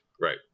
Right